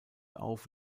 auf